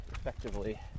effectively